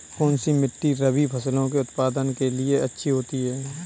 कौनसी मिट्टी रबी फसलों के उत्पादन के लिए अच्छी होती है?